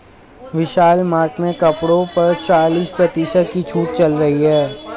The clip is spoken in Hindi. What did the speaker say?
विशाल मार्ट में कपड़ों पर चालीस प्रतिशत की छूट चल रही है